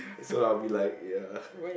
so I'll be like ya